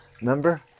remember